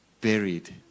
buried